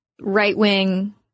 right-wing